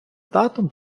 татом